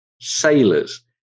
sailors